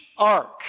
ark